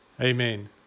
Amen